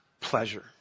pleasure